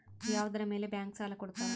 ಯಾವುದರ ಮೇಲೆ ಬ್ಯಾಂಕ್ ಸಾಲ ಕೊಡ್ತಾರ?